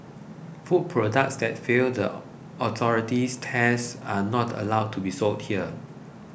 food products that fail the authority's tests are not allowed to be sold here